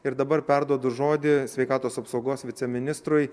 ir dabar perduodu žodį sveikatos apsaugos viceministrui